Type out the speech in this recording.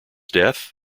death